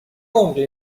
عمقی